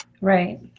Right